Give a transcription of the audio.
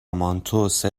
مانتو، سه